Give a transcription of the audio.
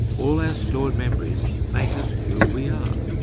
all our stored memories make us who we are.